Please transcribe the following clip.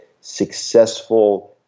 successful